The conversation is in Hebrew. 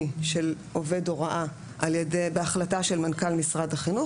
של עובד הוראה בהחלטה של מנכ"ל משרד החינוך.